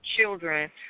children